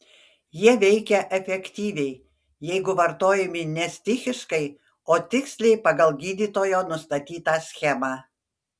jie veikia efektyviai jeigu vartojami ne stichiškai o tiksliai pagal gydytojo nustatytą schemą